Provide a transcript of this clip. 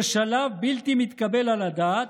זה שלב בלתי מתקבל על הדעת,